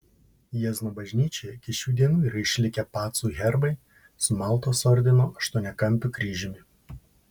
jiezno bažnyčioje iki šių dienų yra išlikę pacų herbai su maltos ordino aštuoniakampiu kryžiumi